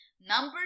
Number